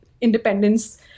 independence